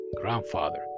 grandfather